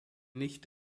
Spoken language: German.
nicht